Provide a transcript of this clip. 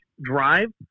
drive